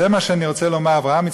זה מה שאני רוצה לומר: אברהם,